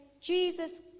Jesus